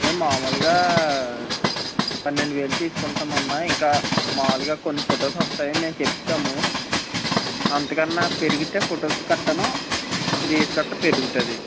అదే మాములుగా పన్నెండు వేలు తీసుకుంటాము అమ్మా ఇంకా మాములుగా కొన్ని ఫొటోస్ వస్తాయి మేము చెప్తాము అంత కన్నా పెరిగితే ఫొటోస్ గట్రా రేట్ గట్రా పెరుగుతుంది